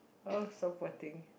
oh so poor thing